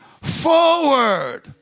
forward